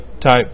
type